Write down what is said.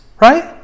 Right